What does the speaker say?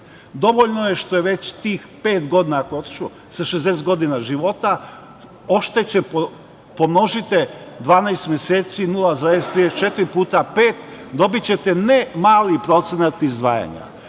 Dovoljno je što je već tih pet godina, ako je otišao sa 60 godina života, oštećen. Pomnožite 12 meseci, 0,34 puta pet, dobićete ne mali procenat izdvajanja.